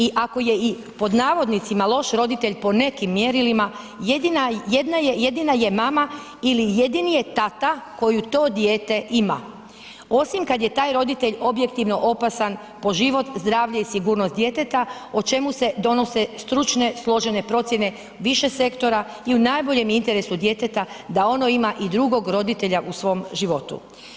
I ako je i pod navodnicima „loš“ roditelj po nekim mjerilima jedina je mama ili jedini je tata koju to dijete ima osim kad je taj roditelj objektivno opasan po život, zdravlje i sigurnost djeteta o čemu se donose stručne složene procjene više sektora i u najboljem interesu djeteta da ono ima i drugog roditelja u svom životu.